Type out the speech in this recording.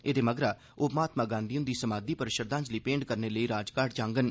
एह्दे मगरा ओ महात्मा गांधी हुंदी समाधि पर श्रद्धांजलि भेंट करने लेई राजघाट जांगन